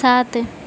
ସାତ